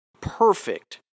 perfect